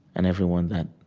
and everyone that